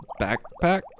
backpack